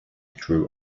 drew